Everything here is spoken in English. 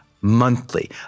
monthly